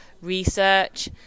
research